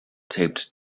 taped